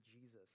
Jesus